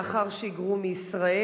לאחר שהיגרו מישראל?